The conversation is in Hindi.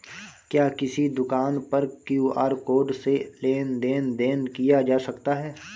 क्या किसी दुकान पर क्यू.आर कोड से लेन देन देन किया जा सकता है?